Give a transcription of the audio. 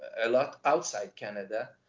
a lot outside canada